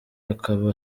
akaba